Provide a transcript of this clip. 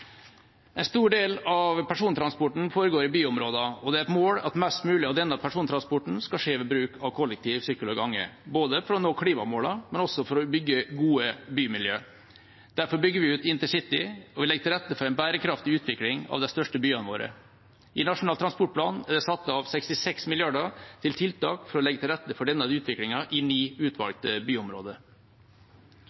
En stor del av persontransporten foregår i byområder, og det er et mål at mest mulig av denne persontransporten skal skje ved bruk av kollektiv transport, sykkel og gange, både for å nå klimamålene og for å bygge gode bymiljø. Derfor bygger vi ut InterCity, og vi legger til rette for en bærekraftig utvikling av de største byene våre. I Nasjonal transportplan er det satt av 66 mrd. kr til tiltak for å legge til rette for denne utviklingen i ni